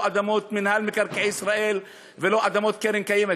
לא אדמות מינהל מקרקעי ישראל ולא אדמות קרן קיימת?